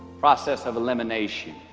process of elimination